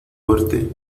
fuerte